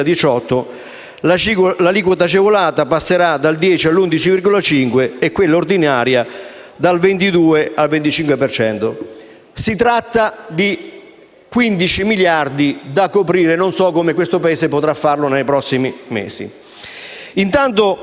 l'aliquota agevolata passerà dal 10 all'11,5 per cento e quella ordinaria dal 22 al 25 per cento. Si tratta di 15 miliardi da coprire; non so come questo Paese potrà farlo nei prossimi mesi.